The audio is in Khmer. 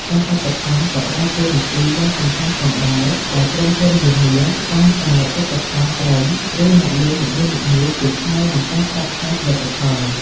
ការឧបត្ថម្ភ ក៏ដើរតួនាទីយ៉ាងសំខាន់ផងដែរ ដោយក្រុមហ៊ុននានាតែងតែឧបត្ថម្ភក្រុម ឬអ្នកលេងនីមួយៗជាថ្នូរនឹងការផ្សព្វផ្សាយផលិតផល។